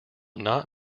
not